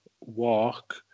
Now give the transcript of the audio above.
walk